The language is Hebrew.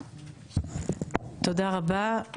תודה רבה.